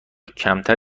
کمتر